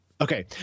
Okay